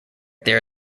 there